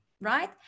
right